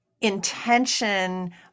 intention